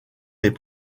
les